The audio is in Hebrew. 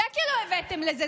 שקל לא הבאתם לזה.